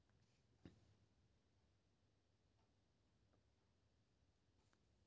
गोठ्यातील अरुंद जागेत जास्त जनावरे बांधून ठेवल्याने त्यांना फिरायला जागा मिळत नाही